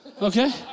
Okay